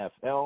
fl